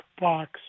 box